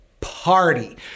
party